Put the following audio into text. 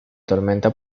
tormenta